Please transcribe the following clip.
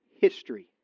history